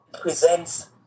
presents